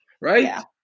Right